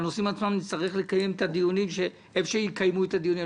בנושאים עצמם נצטרך לקיים את הדיונים היכן שנקיים את הדיונים,